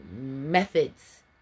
methods